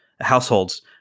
households